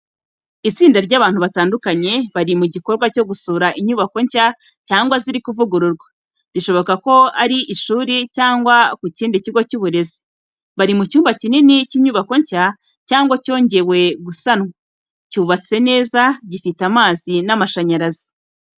Itsinda ry’abantu batandukanye bari mu gikorwa cyo gusura inyubako nshya cyangwa ziri kuvugururwa, bishoboka ko ari ku ishuri cyangwa ku kindi kigo cy’uburezi. Bari mu cyumba kinini cy’inyubako nshya cyangwa cyongewe gusanwa. Cyubatse neza, gifite amazi n'amashanyarazi.